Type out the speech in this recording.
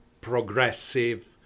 progressive